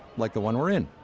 like the one we're in.